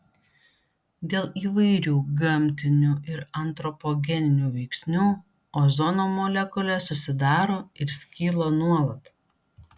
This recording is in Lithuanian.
dėl įvairių gamtinių ir antropogeninių veiksnių ozono molekulės susidaro ir skyla nuolat